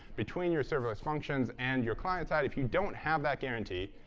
between your service functions and your client side. if you don't have that guarantee,